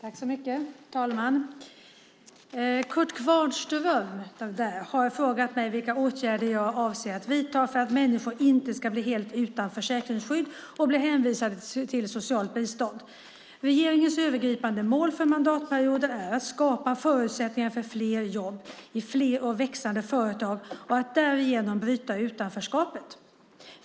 Fru talman! Kurt Kvarnström har frågat mig vilka åtgärder jag avser att vidta för att människor inte ska bli helt utan försäkringsskydd och bli hänvisade till socialt bistånd. Regeringens övergripande mål för mandatperioden är att skapa förutsättningar för fler jobb i fler och växande företag och att därigenom bryta utanförskapet.